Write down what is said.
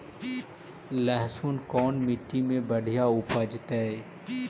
लहसुन कोन मट्टी मे बढ़िया उपजतै?